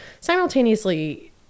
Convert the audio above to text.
simultaneously